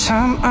Time